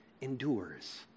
endures